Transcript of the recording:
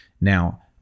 now